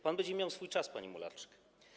Pan będzie miał swój czas, panie Mularczyk.